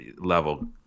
level